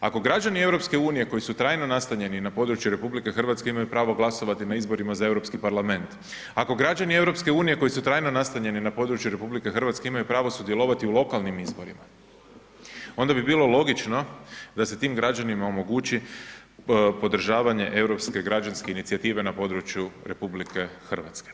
Ako građani EU koji su trajno nastanjeni na RH imaju pravo glasovati na izborima za EU parlament, ako građani EU koji su trajno nastanjeni na području RH imaju pravo sudjelovati u lokalnim izborima, onda bi bilo logično da se tim građanima omogući podržavanje europske građanske inicijative na području RH.